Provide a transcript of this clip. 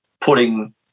putting